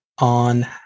on